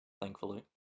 thankfully